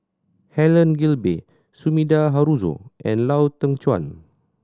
Helen Gilbey Sumida Haruzo and Lau Teng Chuan